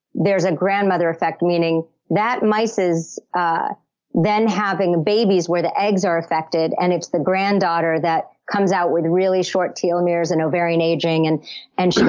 there's a grandmother effect, meaning that mice is ah then having babies where the eggs are affected, and it's the granddaughter that comes out with really short telomeres and ovarian aging, and and she